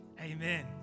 amen